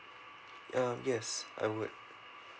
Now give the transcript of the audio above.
um yes I would